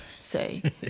say